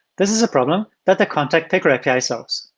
this is a problem that the contact picker api solves.